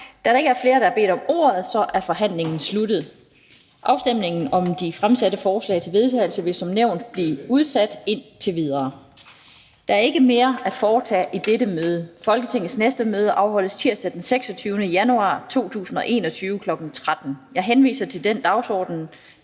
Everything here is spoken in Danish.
Da der ikke er flere, der har bedt om ordet, er forhandlingen sluttet. Afstemningen om de fremsatte forslag til vedtagelse vil som nævnt blive udsat indtil videre. --- Kl. 16:14 Meddelelser fra formanden Den fg. formand (Annette Lind): Der er ikke mere at foretage i dette møde. Folketingets næste møde afholdes tirsdag den 26. januar 2021, kl. 13.00. Jeg henviser til den dagsorden,